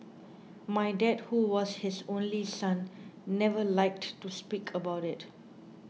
my dad who was his only son never liked to speak about it